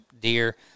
deer